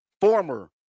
former